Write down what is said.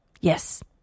Yes